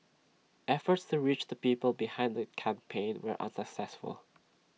efforts to reach the people behind that campaign were unsuccessful